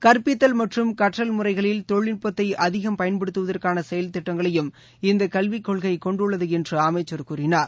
கற்பித்தல் மற்றும் கற்றல் முறைகளில் தொழில்நுட்பத்தை அதிகம் பயன்படுத்துவதற்கான செயல் திட்டங்களையும் இந்த கல்விக்கொள்கை கொண்டுள்ளது என்று அமைச்சர் கூறினார்